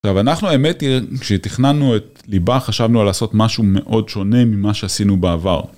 אבל אנחנו האמת היא, כשתכננו את ליבה חשבנו על לעשות משהו מאוד שונה ממה שעשינו בעבר.